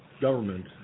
government